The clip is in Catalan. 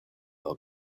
del